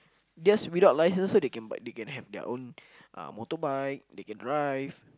theirs without license so they can bike they can have their own motorbike they can drive